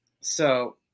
So-